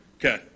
Okay